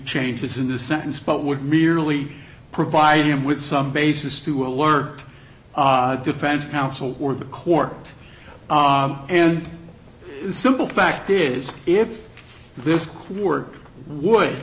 changes in the sentence but would merely provide him with some basis to alert defense counsel or the court and the simple fact is if this quirk would